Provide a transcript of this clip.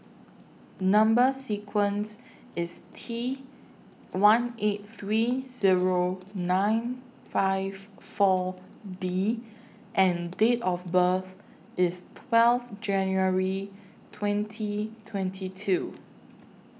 Number sequence IS T one eight three Zero nine five four D and Date of birth IS twelve January twenty twenty two